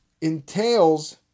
entails